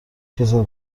کسل